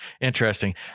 Interesting